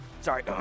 sorry